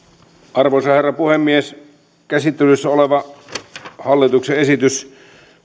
arvoisa herra puhemies käsittelyssä oleva hallituksen esitys